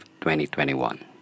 2021